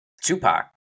Tupac